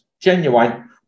genuine